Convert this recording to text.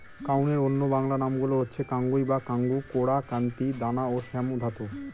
কাউনের অন্য বাংলা নামগুলো হচ্ছে কাঙ্গুই বা কাঙ্গু, কোরা, কান্তি, দানা ও শ্যামধাত